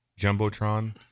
jumbotron